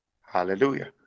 hallelujah